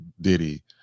Diddy